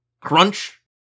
Crunch